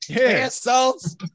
Assaults